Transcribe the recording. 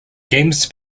games